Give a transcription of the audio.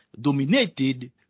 dominated